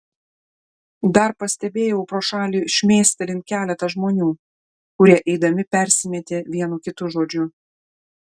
dar pastebėjau pro šalį šmėstelint keletą žmonių kurie eidami persimetė vienu kitu žodžiu